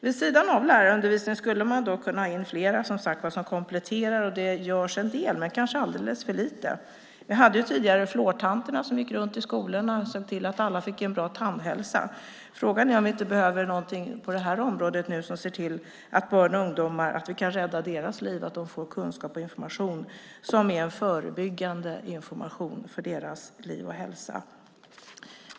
Vid sidan om lärarundervisningen skulle man som sagt kunna ta in flera som kompletterar, och det görs till en del men kanske alldeles för lite. Vi hade ju tidigare fluortanterna som gick runt i skolorna och såg till att alla fick en bra tandhälsa. Frågan är om vi inte behöver någonting på det här området nu som ser till att vi kan rädda barns och ungdomars liv genom att de får kunskap och information, en förebyggande information för deras liv och hälsa.